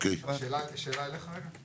שאלה אליך רק.